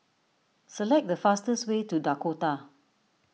select the fastest way to Dakota